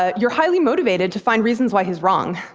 ah you're highly motivated to find reasons why he's wrong.